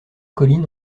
collines